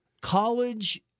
college